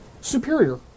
superior